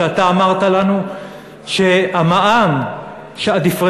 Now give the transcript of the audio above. אתה אמרת לנו שהמע"מ הדיפרנציאלי,